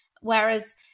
whereas